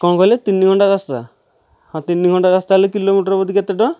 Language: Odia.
କ'ଣ କହିଲେ ତିନି ଘଣ୍ଟା ରାସ୍ତା ହଁ ତିନିଘଣ୍ଟା ରାସ୍ତା ହେଲେ କିଲୋମିଟର ପ୍ରତି କେତେ ଟଙ୍କା